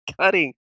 cutting